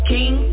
King